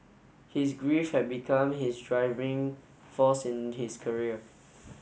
his grief had become his driving force in his career